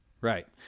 Right